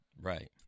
Right